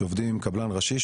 שעובדים עם קבלן ראשי,